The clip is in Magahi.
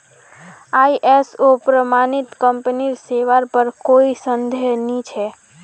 आई.एस.ओ प्रमाणित कंपनीर सेवार पर कोई संदेह नइ छ